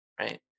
right